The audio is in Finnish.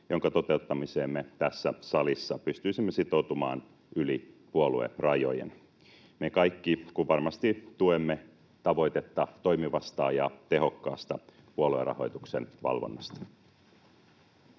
jonka toteuttamiseen me tässä salissa pystyisimme sitoutumaan yli puoluerajojen — me kaikki kun varmasti tuemme tavoitetta toimivasta ja tehokkaasta puoluerahoituksen valvonnasta.